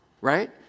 right